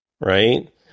right